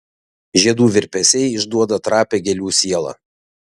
žiedų virpesiai išduoda trapią gėlių sielą